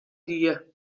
die